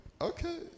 Okay